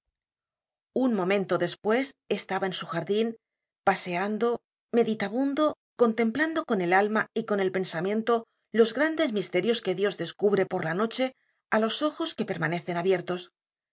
un momento despues estaba en su jardin paseando meditabundo contemplando con el alma y con el pensamiento los grandes misterios que dios descubre por la noche á los ojos que permanecen abiertos